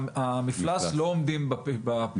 לא עומדים בפינוי?